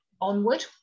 onward